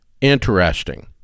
Interesting